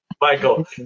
Michael